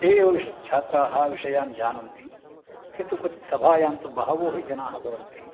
ते एव् विश् छात्राः विषयान् जानन्ति किन्तु क्वचित् सभायान्तु बहवो हि जनाः भवन्ति